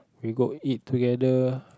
we go eat together